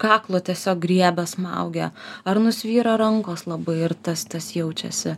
kaklo tiesiog griebia smaugia ar nusvyra rankos labai ir tas tas jaučiasi